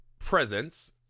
presence